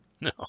No